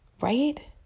right